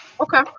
Okay